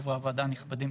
חברי הוועדה הנכבדים,